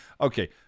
okay